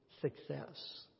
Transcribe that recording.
success